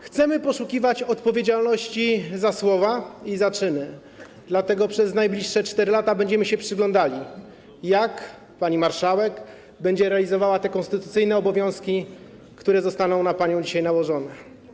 Chcemy poszukiwać odpowiedzialności za słowa i za czyny, dlatego przez najbliższe 4 lata będziemy się przyglądali, jak pani marszałek będzie realizowała te konstytucyjne obowiązki, które zostaną na panią dzisiaj nałożone.